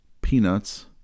peanuts